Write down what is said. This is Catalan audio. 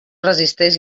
resisteix